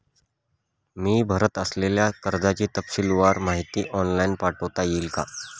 मी भरत असलेल्या कर्जाची तपशीलवार माहिती ऑनलाइन पाठवता येईल का?